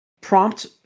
prompt